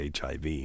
HIV